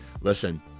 listen